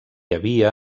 havia